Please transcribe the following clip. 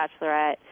Bachelorette